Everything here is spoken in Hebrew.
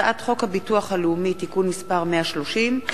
הצעת חוק הביטוח הלאומי (תיקון מס' 130),